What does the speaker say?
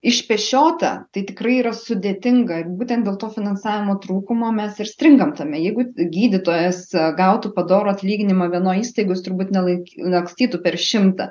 išpešiota tai tikrai yra sudėtinga ir būtent dėl to finansavimo trūkumo mes ir stringam tame jeigu gydytojas gautų padorų atlyginimą vienoj įstaigoj ji turbūt ne laik lakstytų per šimtą